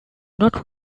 not